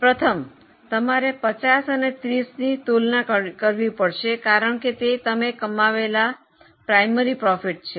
પ્રથમ તમારે 50 અને 30 ની તુલના કરવી પડશે કારણ કે તે તમે કમાવેલા પ્રાથમિક નફા છે